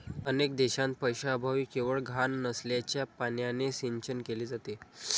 अनेक देशांत पैशाअभावी केवळ घाण नाल्याच्या पाण्याने सिंचन केले जाते